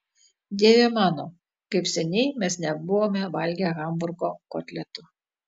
dieve mano kaip seniai mes nebuvome valgę hamburgo kotletų